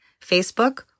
Facebook